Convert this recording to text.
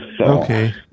Okay